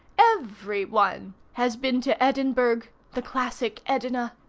every one has been to edinburgh the classic edina.